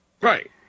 Right